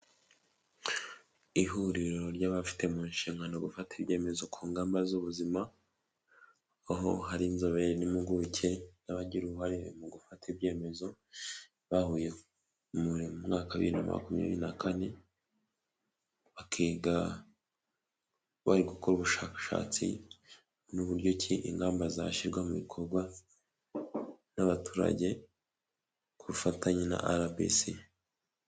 Ihuriro ry'abafite mu nshingano gufata ibyemezo ku ngamba z'ubuzima. aho hari inzobere n'impuguke n'abagira uruhare mu gufata ibyemezo bahuye mu mwaka wa bibiri na makumyabiri na kane bakiga bari gukora ubushakashatsi n'uburyo ki ingamba zashyirwa mu bikorwa n'abaturage ku bufatanye na RBC.